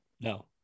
no